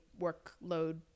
workload